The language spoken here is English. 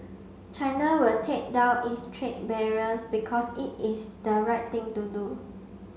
China will take down its trade barriers because it is the right thing to do